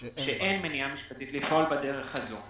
שאין מניעה משפטית לפעול בדרך הזו.